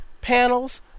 panels